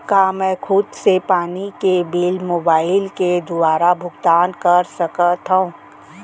का मैं खुद से पानी के बिल मोबाईल के दुवारा भुगतान कर सकथव?